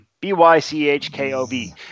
B-Y-C-H-K-O-V